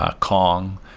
ah kong.